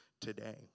today